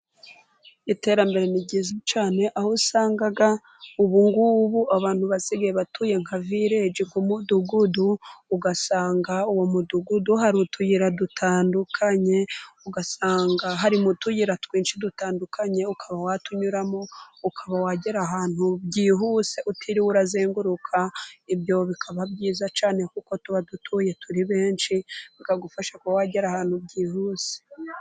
Iterambere ni ryiza cyane aho usanga ubu ngubu abantu basigaye batuye nka vileji nk' umudugudu, ugasanga uwo mudugudu hari utuyira dutandukanye ugasanga harimo utuyira twinshi dutandukanye, ukaba watunyuramo ukaba wagera ahantu byihuse utiriwe urazenguruka ibyo bikaba byiza cyane ,kuko tuba dutuye turi benshi bikagufasha kuba wagera ahantu byihuse.